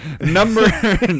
number